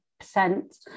percent